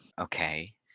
Okay